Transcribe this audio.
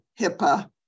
HIPAA